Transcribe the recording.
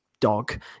dog